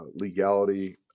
legality